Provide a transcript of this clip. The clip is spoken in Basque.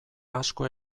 asko